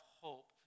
hope